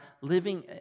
living